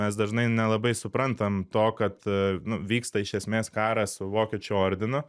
mes dažnai nelabai suprantam to kad nu vyksta iš esmės karas su vokiečių ordinu